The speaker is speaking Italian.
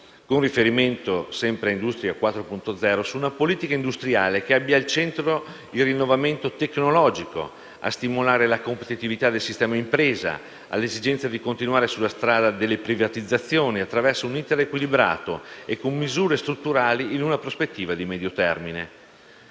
con riferimento a Industria 4.0, su una politica industriale che abbia al centro il rinnovamento tecnologico, lo stimolo della competitività del sistema impresa e l'esigenza di continuare sulla strada delle privatizzazioni attraverso un *iter* equilibrato e con misure strutturali in una prospettiva di medio termine